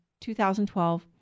2012